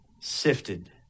Sifted